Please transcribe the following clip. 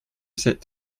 c’est